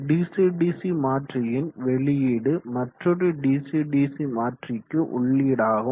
DC DC மாற்றியின் வெளியீடு மற்றொரு டிசி டிசி மாற்றிக்கு உள்ளீடாகும்